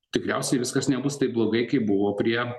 tikriausiai viskas nebus taip blogai kaip buvo prie